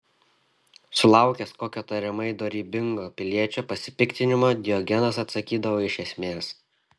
sulaukęs kokio tariamai dorybingo piliečio pasipiktinimo diogenas atsakydavo iš esmės